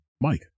Mike